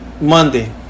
Monday